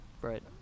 Right